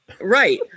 Right